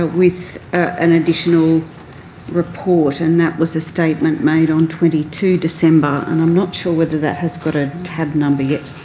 ah with an additional report and that was a statement made on twenty two december. and i'm not sure whether that has got a tab number yet.